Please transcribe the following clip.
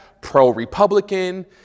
pro-Republican